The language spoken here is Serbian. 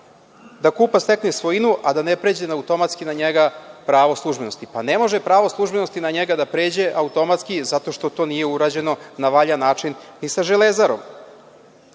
da kupac stekne svojinu a da ne pređe automatski na njega pravo službenosti. Pa ne može pravo službenosti na njega da pređe automatski, zato što to nije urađeno na valjan način i sa „Železarom“.Posebnu